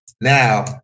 Now